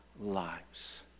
lives